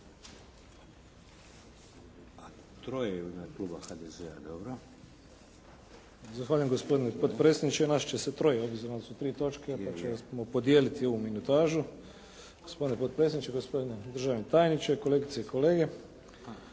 dobro. **Matušić, Frano (HDZ)** Zahvaljujem gospodine potpredsjedniče. Nas će se troje obzirom da su tri točke podijeliti ovu minutažu. Gospodine potpredsjedniče, gospodine državni tajniče, kolegice i kolege.